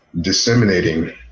disseminating